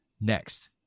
Next